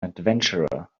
adventurer